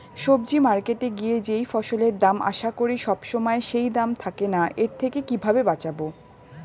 সবজি মার্কেটে গিয়ে যেই ফসলের দাম আশা করি সবসময় সেই দাম থাকে না এর থেকে কিভাবে বাঁচাবো?